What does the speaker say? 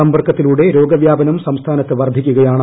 സമ്പർക്കത്തിലൂടെ രോഗവ്യാപനം സംസ്ഥാനത്ത് വർദ്ധിക്കുകയാണ്